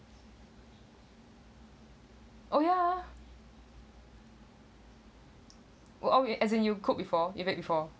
oh ya okay as in you cook before even before